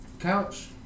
couch